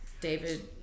david